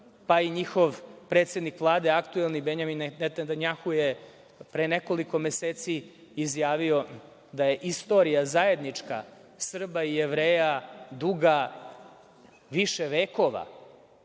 pa i njihov predsednik Vlade aktuelni Benjamin Netanjahu je pre nekoliko meseci izjavio da je istorija zajednička Srba i Jevreja duga više vekova,